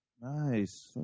Nice